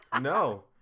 No